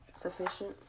sufficient